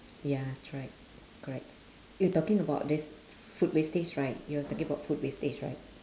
ya tried correct you talking about this food wastage right you're talking about food wastage right